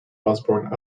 osborne